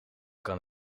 kan